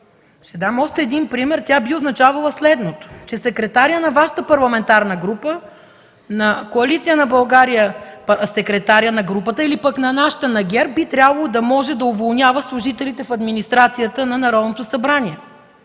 ще дам още един пример, тя би означавала следното: че секретарят на Вашата парламентарна група, секретарят на групата на Коалиция за България или пък на нашата, на ГЕРБ, би трябвало да може да уволнява служителите в администрацията на Народното събрание.